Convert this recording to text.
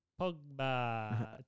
Pogba